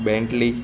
Bankly